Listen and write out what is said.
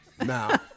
Now